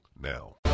now